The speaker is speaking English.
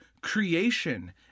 creation